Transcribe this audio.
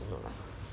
don't know lah